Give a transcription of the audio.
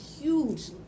huge